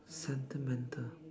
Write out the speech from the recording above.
sentimental